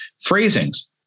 phrasings